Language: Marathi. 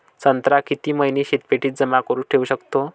संत्रा किती महिने शीतपेटीत जमा करुन ठेऊ शकतो?